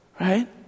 right